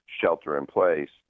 shelter-in-place